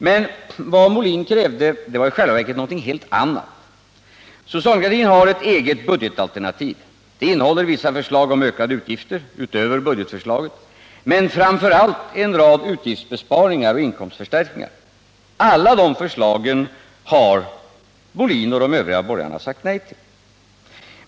Men vad herr Molin krävde var i själva verket något helt annat. Socialdemokratin har ett eget budgetalternativ. Det innehåller vissa förslag om ökade utgifter utöver budgetförslaget, men framför allt en rad utgiftsbesparingar och inkomstförstärkningar. Alla dessa förslag har herr Molin och de övriga borgarna sagt nej till.